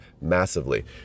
massively